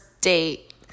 date